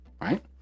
right